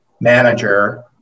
manager